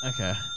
Okay